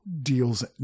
deals